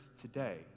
today